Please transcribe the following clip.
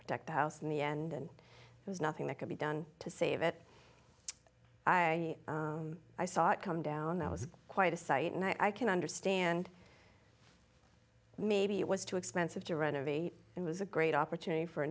protect the house in the end and there's nothing that can be done to save it i i saw it come down that was quite a sight and i can understand maybe it was too expensive to renovate it was a great opportunity for a